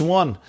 one